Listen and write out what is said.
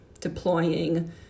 deploying